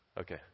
Okay